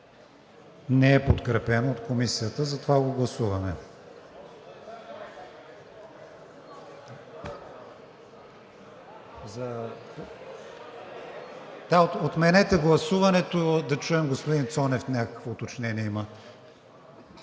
Не е подкрепено от Комисията, затова го гласуваме. Отменете гласуването, да чуем господин Цонев – някакво уточнение има.